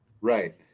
Right